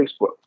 Facebook